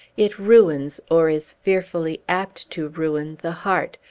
it ruins, or is fearfully apt to ruin, the heart,